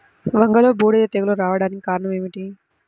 వంగలో బూడిద తెగులు రావడానికి కారణం ఏమిటి?